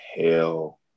hell